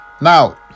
Now